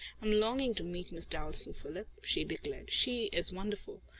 i'm longing to meet miss dalstan, philip, she declared. she is wonderful.